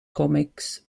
comics